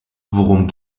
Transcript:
worum